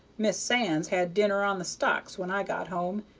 mis sands had dinner on the stocks when i got home,